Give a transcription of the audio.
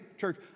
church